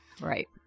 Right